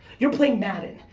you're playing madden.